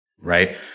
right